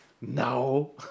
No